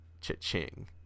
Cha-ching